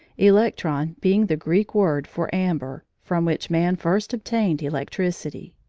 electron being the greek word for amber, from which man first obtained electricity.